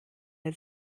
der